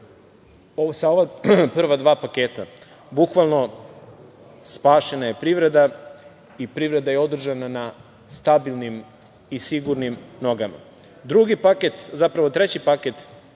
Sa prva dva paketa, bukvalno, spašena je privreda i privreda je održana na stabilnim i sigurnim nogama. Drugi paket, zapravo treći paket